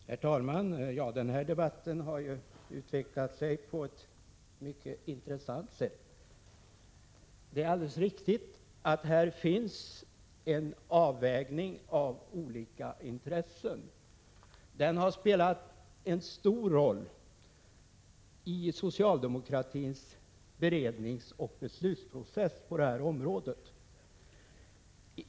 Herr talman! Den här debatten har utvecklat sig på ett mycket intressant sätt. Det är alldeles riktigt att här finns en avvägning av olika intressen. Den har spelat en stor roll i socialdemokratins beredningsoch beslutsprocess på det här området.